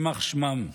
יימח שמם.